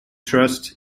trust